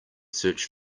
search